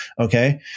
Okay